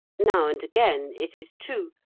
now and again, it is true,